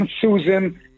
Susan